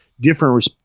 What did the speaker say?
different